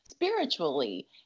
spiritually